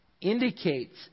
indicates